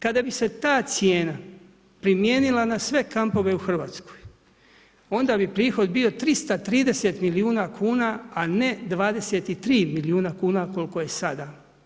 Kada bi se ta cijena primijenila na sve kampove u Hrvatskoj onda bi prihod bio 330 milijuna kuna, a ne 23 milijuna kuna koliko je sada.